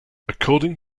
according